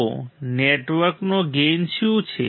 તો નેટવર્કનો ગેઇન શું છે